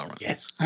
Yes